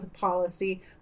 policy